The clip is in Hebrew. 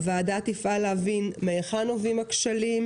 הוועדה תפעל להבין מהיכן נובעים הכשלים,